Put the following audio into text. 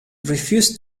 refused